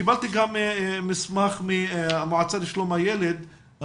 קיבלתי מסמך מן המועצה לשלום הילד,